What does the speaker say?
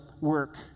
work